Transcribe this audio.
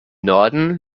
norden